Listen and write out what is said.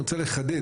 אני רוצה לחדד.